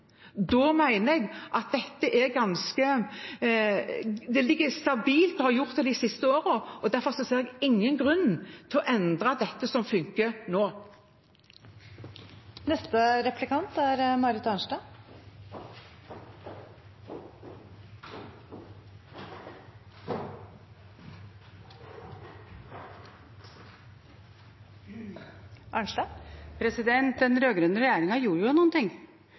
det ligger stabilt og har gjort det de siste årene. Derfor ser jeg ingen grunn til å endre det som fungerer nå. Den rød-grønne regjeringen gjorde jo noe. Da Borregaard-skogen ble solgt i 2010, sørget den